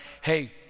hey